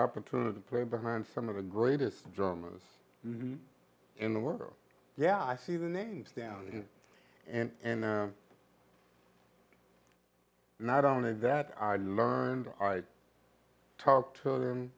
opportunity to play behind some of the greatest drummers lead in the world yeah i see the names down and not only that i learned i talked to them